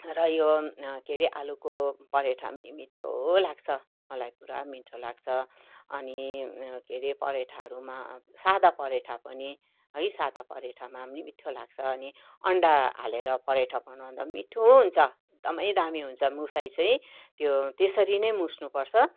र यो के रे आलुको परठा पनि मी मिठ्ठो लाग्छ मलाई पुरा मिठो लाग्छ अनि के रे परठाहरूमा सादा परेठा पनि है सादा परठामा नि मिठो लाग्छ अनि अन्डा हालेर परठा बनाँउदा पनि मिठो हुन्छ एकदमै दामी हुन्छ मुसाई चाहिँ त्यो त्यसरी नै मुस्नुपर्छ